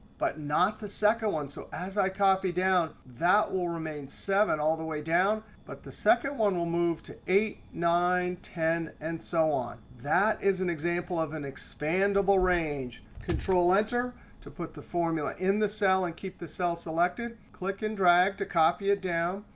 but not the second one. so as i copy down, that will remain seven all the way down. but the second one will move to eight, nine, ten, and so on. that is an example of an expandable range. control-enter to put the formula in the cell and keep the cell selected. click and drag to copy it down.